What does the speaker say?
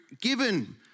given